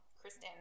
Kristen